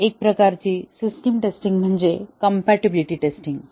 आणखी एक प्रकारची सिस्टिम टेस्टिंग म्हणजे कम्पॅटिबिलिटी टेस्टिंग